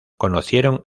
conocieron